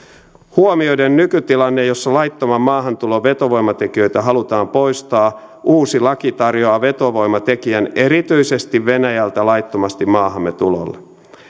huomioiden nykytilanne jossa laittoman maahantulon vetovoimatekijöitä halutaan poistaa uusi laki tarjoaa vetovoimatekijän erityisesti venäjältä laittomasti maahamme tulolle